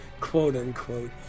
Quote-unquote